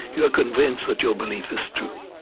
you are convinced that your belief is true.